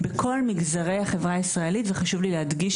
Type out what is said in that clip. בכל מגזרי החברה הישראלית וחשוב לי להדגיש